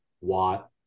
Watt